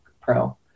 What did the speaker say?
pro